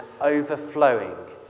overflowing